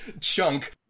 Chunk